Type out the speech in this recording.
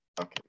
Okay